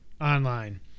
online